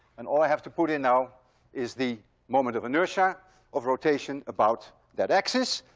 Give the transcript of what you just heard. and all i have to put in now is the moment of inertia of rotation about that axis.